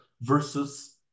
versus